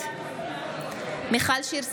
נגד מיכל שיר סגמן,